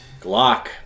Glock